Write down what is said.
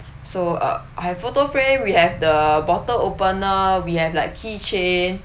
so um I have photo frame we have the bottle opener we have like key chain